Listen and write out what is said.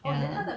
ya